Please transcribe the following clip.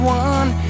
one